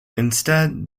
instead